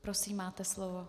Prosím, máte slovo.